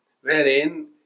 wherein